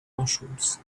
mushrooms